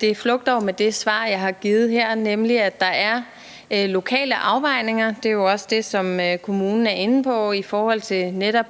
det flugter jo med det svar, jeg har givet her, nemlig at der er lokale afvejninger. Det er også det, som kommunen er inde på i forhold til netop